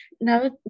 now